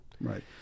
Right